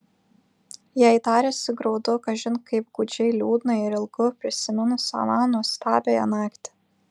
jai darėsi graudu kažin kaip gūdžiai liūdna ir ilgu prisiminus aną nuostabiąją naktį